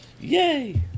Yay